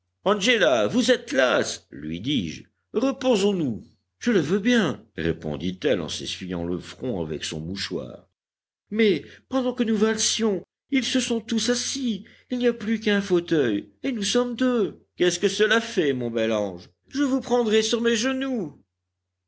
angéla vous êtes lasse lui dis-je reposons-nous je le veux bien répondit-elle en s'essuyant le front avec son mouchoir mais pendant que nous valsions ils se sont tous assis il n'y a plus qu'un fauteuil et nous sommes deux qu'est-ce que cela fait mon bel ange je vous prendrai sur mes genoux